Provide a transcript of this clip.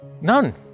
None